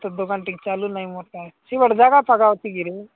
ଦୋକାନ ଠିକ୍ ଚାଲୁ ନାଇଁ ମୋରଟା ସେପଟେ ଜାଗା ଫାଗା ଅଛି କିରେ